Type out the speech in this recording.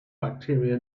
bacteria